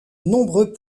nombreux